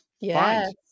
Yes